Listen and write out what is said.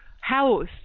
house